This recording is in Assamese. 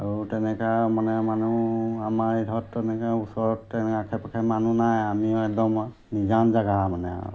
আৰু তেনেকুৱা মানে মানুহ আমাৰ এইডোখৰত তেনেকৈ ওচৰত তেনেকৈ আশে পাশে মানুহ নাই আমিও একদম নিজান জেগা মানে আৰু